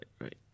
right